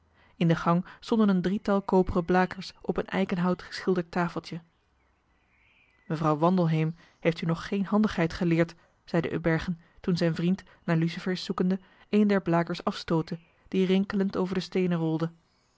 in den gang stonden een drietal koperen blakers op een eikenhout geschilderd tafeltje mevrouw wandelheem heeft je nog geen handigheid geleerd zeide upbergen toen zijn vriend naar lucifers zoekende een der blakers afstootte die rinkelend over de steenen rolde